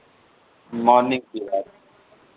morning की बात है